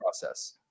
process